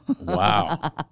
Wow